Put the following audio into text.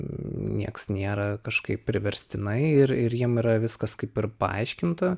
nieks nėra kažkaip priverstinai ir ir jiem yra viskas kaip ir paaiškinta